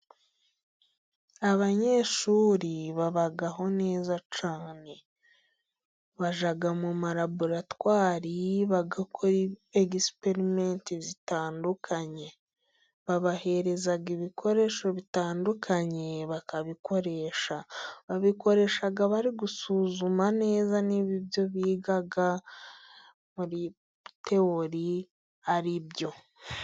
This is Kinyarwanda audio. Abanyeshuri babaho neza cyane. Bajya mu ma laboratwari bagakora egisiperimenti zitandukanye. Babahereza ibikoresho bitandukanye bakabikoresha. Babikoresha bari gusuzuma neza niba ibyo biga muri tewori ari byo.